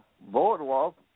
boardwalk